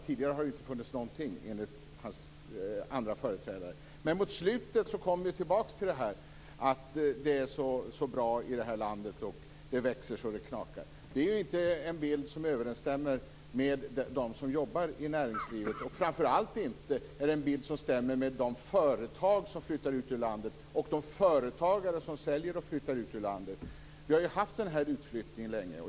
Tidigare har det inte funnits någonting enligt andra företrädare. Men mot slutet kom vi tillbaka till att det är så bra i det här landet. Det växer så det knakar. Det är inte en bild som överensstämmer med vad de upplever som jobbar i näringslivet, framför allt är det inte en bild som stämmer med de företag som flyttar ut ur landet och de företagare som säljer och flyttar ut ur landet. Vi har ju haft den här utflyttningen länge.